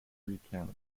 recount